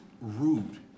rude